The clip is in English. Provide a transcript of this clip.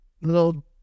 little